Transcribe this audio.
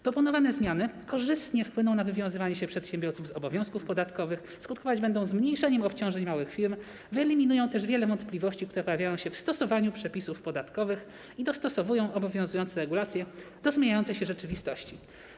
Proponowane zmiany korzystnie wpłyną na wywiązywanie się przedsiębiorców z obowiązków podatkowych, skutkować będą zmniejszeniem obciążeń małych firm, wyeliminują też wiele wątpliwości, które pojawiają się w stosowaniu przepisów podatkowych, i dostosowują obowiązujące regulacje do zmieniającej się rzeczywistości.